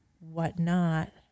whatnot